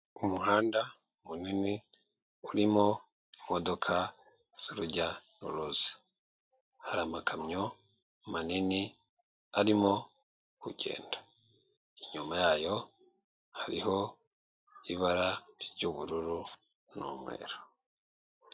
Umuhanda munini urimo imodoka zurujya n'uruza hari amakamyo manini arimo kugenda inyuma yayo hariho ibara ry'ubururu n'umweru.